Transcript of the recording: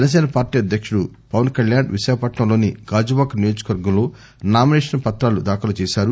Janasena party అధ్యకుడు పవన్కళ్యాణ్ విశాఖపట్నంలోని గాజువాక నియోజకవర్గంలో నామినేషన్ పత్రాలు దాఖలు చేసారు